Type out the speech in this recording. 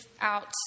out